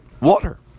water